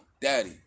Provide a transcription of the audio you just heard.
Daddy